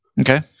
Okay